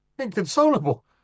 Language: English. Inconsolable